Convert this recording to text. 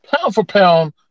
pound-for-pound